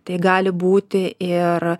tai gali būti ir